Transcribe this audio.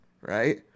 right